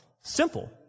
simple